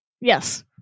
Yes